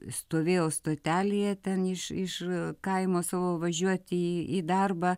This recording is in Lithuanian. stovėjau stotelėje ten iš iš kaimo savo važiuoti į į darbą